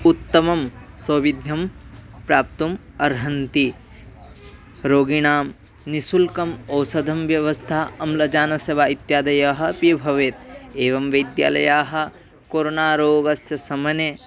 उत्तमं सौविध्यं प्राप्तुम् अर्हन्ति रोगिणां निःशुल्कम् औषधव्यवस्था अम्लजानस्य वा इत्यादयः अपि भवेत् एवं वैद्यालयाः कोरोणारोगस्य समये